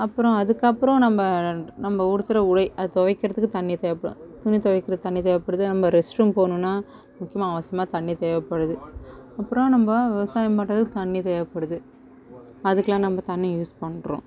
அப்றம் அதுக்கு அப்றம் நம்ம நம்ம உடுத்துகிற உடை அது துவைக்கிறதுக்கு தண்ணி தேவைப்படும் துணி துவைக்க தண்ணி தேவைப்படுது நம்ம ரெஸ்ட் ரூம் போகணுனா முக்கியமாக அவசியமாக தண்ணி தேவைப்படுது அப்பறம் நம்ம விவசாயம் பண்ணுறதுக்கு தண்ணி தேவைப்படுது அதுக்கலாம் நம்ம தண்ணி யூஸ் பண்ணுறோம்